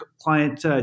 client